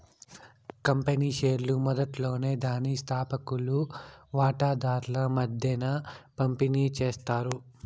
company షేర్లు మొదట్లోనే దాని స్తాపకులు వాటాదార్ల మద్దేన పంపిణీ చేస్తారు